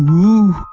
ah ooooh.